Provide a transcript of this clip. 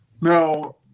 Now